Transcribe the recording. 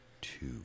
two